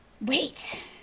Wait